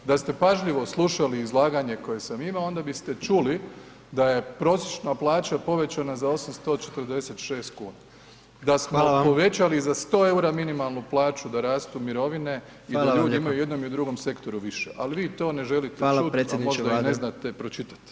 Da ste pažljivo slušali izlaganje koje sam imao onda biste čuli da je prosječna plaća povećana za 846 kuna, da smo [[Upadica: Hvala va.]] povećali za 100 EUR-a minimalnu plaću da rastu mirovine i da ljudi imaju i u jednom i u drugom sektoru više, ali vi to [[Upadica: Hvala predsjedniče Vlade.]] ne želite čuti, a možda i ne znate pročitat.